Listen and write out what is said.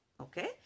Okay